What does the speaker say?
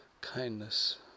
kindness